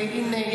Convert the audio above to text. והינה,